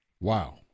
wow